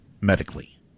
medically